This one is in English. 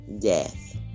Death